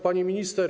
Pani Minister!